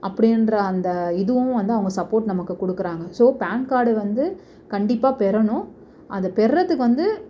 அப்படின்ற அந்த இதுவும் வந்து அவங்க சப்போர்ட் நமக்கு கொடுக்குறாங்க ஸோ பேன் கார்டு வந்து கண்டிப்பாக பெறணும் அதை பெறுறதுக்கு வந்து